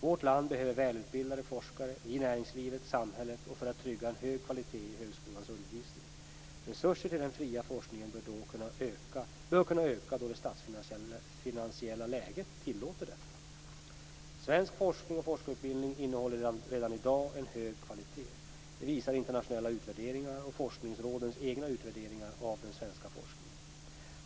Vårt land behöver välutbildade forskare i näringslivet, i samhället och för att trygga en hög kvalitet i högskolans undervisning. Resurser till den fria forskningen bör kunna öka då det statsfinansiella läget tillåter detta. Svensk forskning och forskarutbildning håller redan i dag hög kvalitet. Det visar internationella utvärderingar och forskningsrådens egna utvärderingar av den svenska forskningen.